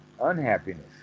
unhappiness